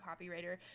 copywriter